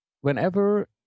whenever